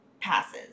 passes